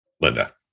Linda